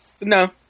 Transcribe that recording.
No